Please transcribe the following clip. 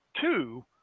two